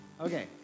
Okay